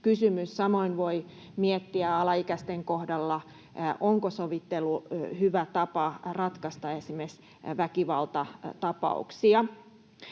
Samoin voi miettiä alaikäisten kohdalla, onko sovittelu hyvä tapa ratkaista esimerkiksi väkivaltatapauksia.